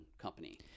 company